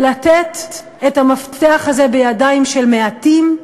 ולתת את המפתח הזה בידיים של מעטים,